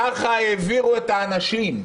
ככה העבירו את האנשים.